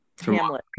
Hamlet